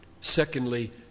secondly